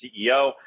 CEO